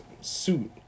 suit